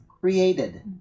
created